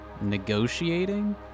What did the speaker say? negotiating